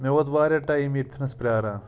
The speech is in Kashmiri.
مےٚ ووت واریاہ ٹایم ییٚتہِ نَس پرٛاران